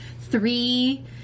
three